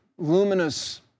luminous